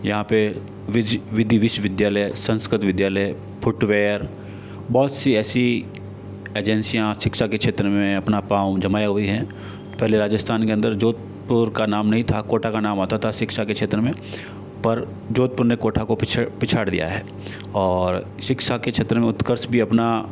यहाँ पे विधि विश्वविद्यालय संस्कृत विद्यालय फ़ुटवेयर बहुत सी ऐसी एजेंसियां शिक्षा के क्षेत्र में अपना पाँव जमाए हुए हैं पहले राजस्थान के अंदर जोधपुर का नाम नहीं था कोटा का नाम आता था शिक्षा के क्षेत्र में पर जोधपुर ने कोटा को पिछ पछाड़ दिया है और शिक्षा के क्षेत्र में उत्कर्ष भी अपना